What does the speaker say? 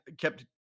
kept